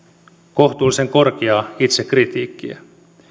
kohtuulliseen korkeaa itsekritiikkiä